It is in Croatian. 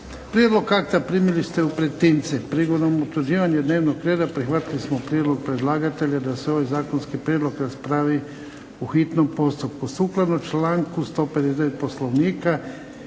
Prijedlog akta primili ste u pretince. Prigodom utvrđivanja dnevnog reda prihvatili smo prijedlog predlagatelja da se ovaj zakonski prijedlog raspravi u hitnom postupku.